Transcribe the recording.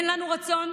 אין לנו רצון,